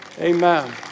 Amen